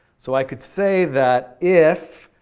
so i could say that if,